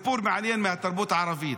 זה סיפור מעניין מהתרבות הערבית.